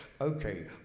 Okay